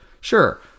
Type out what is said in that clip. sure